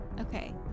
Okay